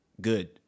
good